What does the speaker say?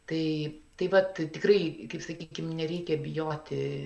tai taip pat tikrai kaip sakykim nereikia bijoti